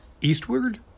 eastward